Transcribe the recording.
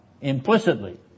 implicitly